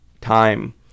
time